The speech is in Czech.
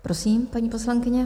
Prosím, paní poslankyně.